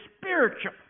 spiritual